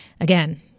again